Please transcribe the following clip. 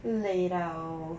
累到